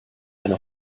eine